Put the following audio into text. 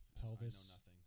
Pelvis